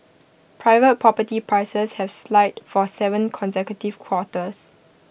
private property prices have slide for Seven consecutive quarters